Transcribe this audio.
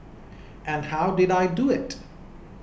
and how did I do it